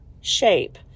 shape